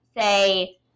say